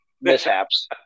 mishaps